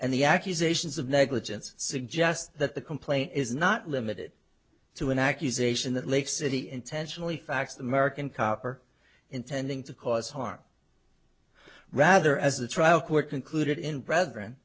the accusations of negligence suggest that the complaint is not limited to an accusation that lake city intentionally fax the american cop or intending to cause harm rather as a trial court concluded in brethren